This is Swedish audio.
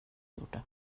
gjorde